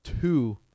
two